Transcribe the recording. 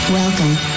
Welcome